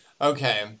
okay